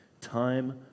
Time